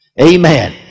Amen